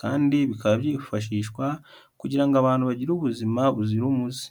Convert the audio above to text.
kandi bikaba byifashishwa kugira ngo abantu bagire ubuzima buzira umuze.